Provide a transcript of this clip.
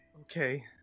Okay